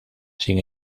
sin